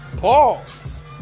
Pause